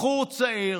בחור צעיר